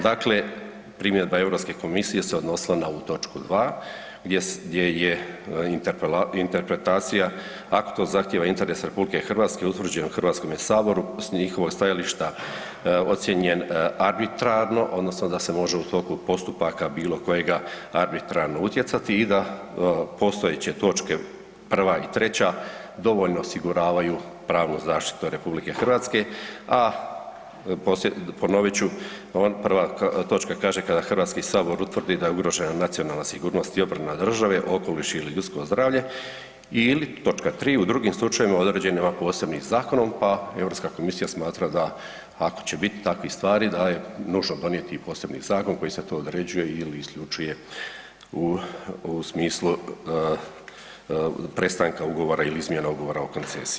Dakle, primjedba EU komisije se odnosila na ovu točku 2. gdje je interpretacija, ako to zahtijeva interes RH utvrđen u HS-u s njihovog stajališta ocijenjen arbitrarno odnosno da se može u toku postupaka bilo kojega arbitrarno utjecati i da postojeće točke prva i treća dovoljno osiguravaju pravnu zaštitu RH, a ponovit ću, prva točka kaže kada HS utvrdi da je ugrožena nacionalna sigurnost i obrana države, okoliš ili ljudsko zdravlje ili, točka tri u drugim slučajevima određenima posebnim zakonom, pa Europska komisija smatra da ako će bit takvih stvari da je nužno donijeti i posebni zakon kojim se to određuje ili isključuje u, u smislu prestanka ugovora ili izmjena Ugovora o koncesiji.